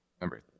Remember